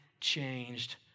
changed